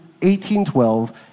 1812